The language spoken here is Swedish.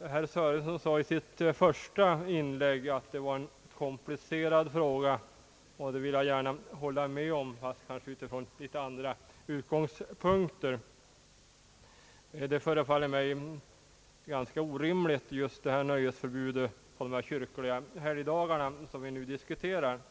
Herr Sörenson sade i sitt första inlägg att det var en komplicerad fråga, och det vill jag gärna hålla med om, men kanske från litet andra utgångspunkter. Nöjesförbudet på dessa kyrkliga helgdagar förefaller mig ganska orimligt.